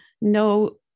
no